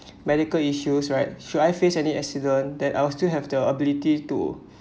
medical issues right should I faced any accident that I'll still have the ability to